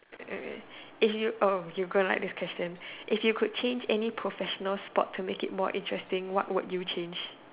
eh you orh you gonna like this question if you could change any professional sport to make it more interesting what would you change